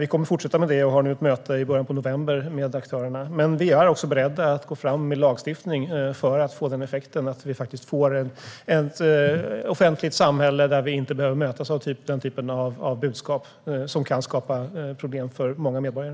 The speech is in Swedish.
Vi kommer att fortsätta med det och ska ha ett möte i början av november med aktörerna. Regeringen är också beredd att gå fram med lagstiftning för att skapa ett offentligt samhälle där vi inte behöver mötas av den typen av budskap som kan ge problem för många medborgare.